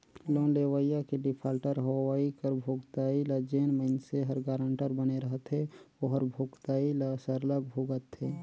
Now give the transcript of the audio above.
loan लेवइया के defaulter होवई कर भुगतई ल जेन मइनसे हर गारंटर बने रहथे ओहर भुगतई ल सरलग भुगतथे